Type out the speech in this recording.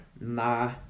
Nah